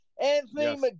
Anthony